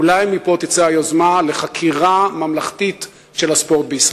אולי מפה תצא היוזמה לחקירה ממלכתית של הספורט בישראל.